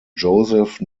joseph